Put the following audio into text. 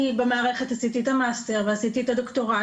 כי במערכת עשיתי את המאסטר ואת הדוקטורט